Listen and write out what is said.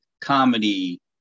comedy